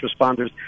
responders